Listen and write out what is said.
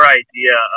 idea